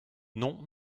non